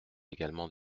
également